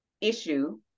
issue